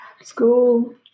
school